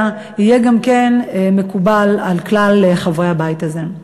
יהיה גם כן מקובל על כלל חברי הבית הזה.